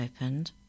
opened